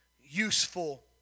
useful